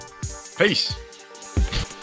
peace